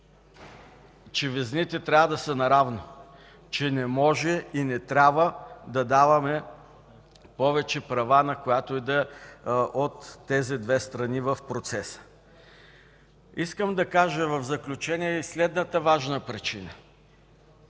че везните трябва да са наравно, че не може и не трябва да даваме повече права на която и да е от тези две страни в процеса. Искам да кажа в заключение и следната важна причина.